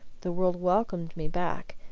the world welcomed me back,